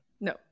No